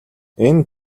энэ